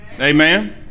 Amen